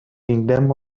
kingdom